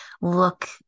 look